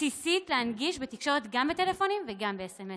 בסיסית להנגיש בתקשורת גם בטלפונים וגם בסמ"סים.